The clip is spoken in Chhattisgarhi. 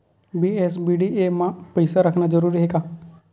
बी.एस.बी.डी.ए मा पईसा रखना जरूरी हे का?